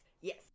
yes